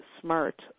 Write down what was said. smart